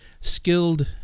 skilled